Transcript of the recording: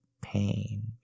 pain